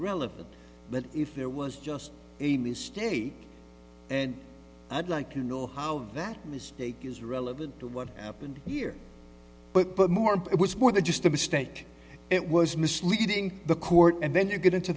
relevant letter if there was just a mistake and i'd like to know how that mistake is relevant to what happened here but but more of it was more than just a mistake it was misleading the court and then you get into